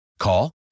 Call